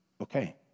Okay